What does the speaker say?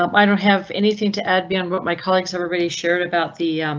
um i don't have anything to add beyond what my colleagues have already shared about the.